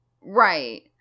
Right